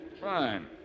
Fine